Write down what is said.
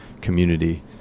community